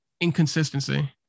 inconsistency